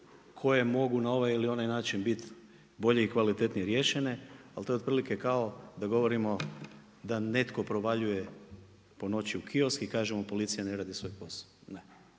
koje mogu na ovaj ili onaj način biti bolje i kvalitetnije riješene, ali to je otprilike kao da govorimo, da netko provaljuje po noći u kiosk i kaže mu policija ne radi svoj posao.